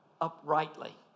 uprightly